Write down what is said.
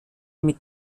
mit